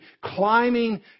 climbing